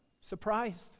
surprised